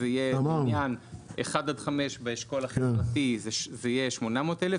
יהיה מניין 1 5 באשכול החברתי זה יהיה 800 אלף,